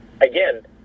Again